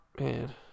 Man